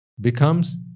becomes